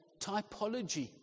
typology